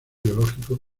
biológico